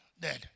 dead